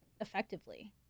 effectively